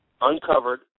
uncovered